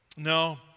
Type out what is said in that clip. No